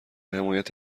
حمایت